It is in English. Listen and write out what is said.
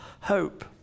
hope